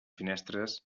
finestres